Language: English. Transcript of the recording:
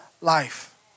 life